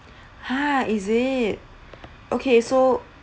ha is it okay so